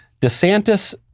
DeSantis